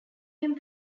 him